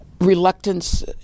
reluctance